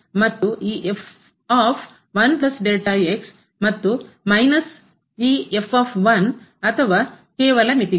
ಆದ್ದರಿಂದ ಮಿತಿ ಮತ್ತು ಈ ಮತ್ತು ಮೈನಸ್ ಈ ಅಥವಾ ಕೇವಲ ಮಿತಿಗಳು